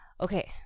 okay